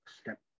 step